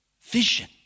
vision